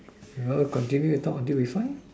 no continue and talk until we find